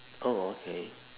oh okay